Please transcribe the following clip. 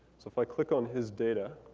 so if i click on his data.